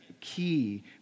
key